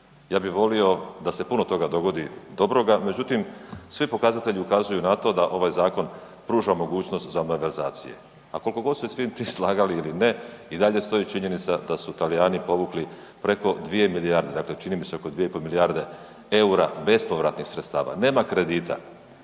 ja bi volio da se puno toga dogodi dobroga. Međutim, svi pokazatelji ukazuju na to da ovaj zakon pruža mogućnost …/Govornik se ne razumije/…. A kolko god se s svim tim slagali ili ne i dalje stoji činjenica da su Talijani povukli preko dvije milijarde, dakle čini mi se oko 2,5 milijarde EUR-a bespovratnih sredstava, nema kredita,